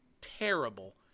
terrible